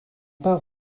part